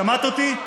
שמעת אותי?